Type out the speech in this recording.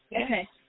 Okay